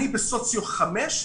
והוא בסוציו 5,